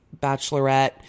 Bachelorette